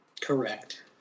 Correct